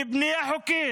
בבנייה חוקית,